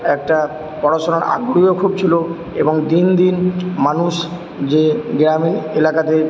একটা পড়াশোনার আগ্রহও খুব ছিলো এবং দিন দিন মানুষ যে গ্রামে এলাকাতে